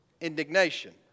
indignation